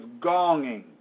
gonging